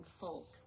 folk